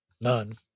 none